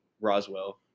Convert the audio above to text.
Roswell